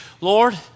Lord